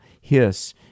hiss